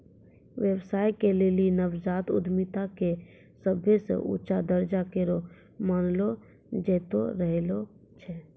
व्यवसाय के लेली नवजात उद्यमिता के सभे से ऊंचा दरजा करो मानलो जैतो रहलो छै